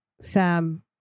Sam